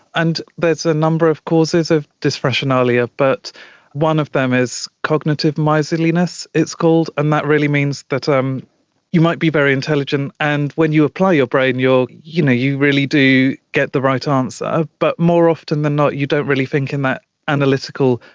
and but there's a number of causes of disrationalia, but one of them is cognitive miserliness it's called and that really means that um you might be very intelligent, and when you apply your brain you know you really do get the right answer, ah but more often than not you don't really think in that analytical,